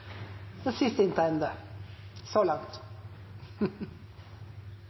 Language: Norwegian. inntegnede – så langt.